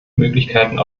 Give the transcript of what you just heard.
möglichkeiten